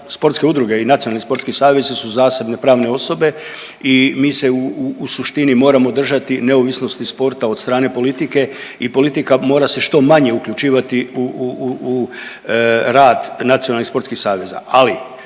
sportske udruge i nacionalni sportski savezi su zasebne pravne osobe i mi se u suštini moramo držati neovisnosti sporta od strane politike i politika mora se što manje uključivati u rad nacionalnih sportskih saveza,